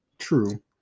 true